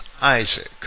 Isaac